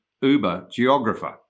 uber-geographer